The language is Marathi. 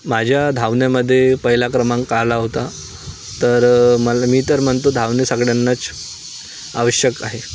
माझ्या धावण्यामध्ये पहिला क्रमांक आला होता तर मला मी तर म्हणतो धावणे सगळ्यांनाच आवश्यक आहे